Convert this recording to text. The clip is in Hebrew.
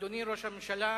אדוני ראש הממשלה,